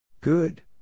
Good